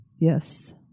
Yes